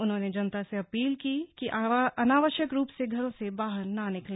उन्होंने जनता से अपील की कि वह अनावश्यक रूप से घरों से बाहर न निकले